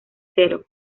cero